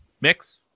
mix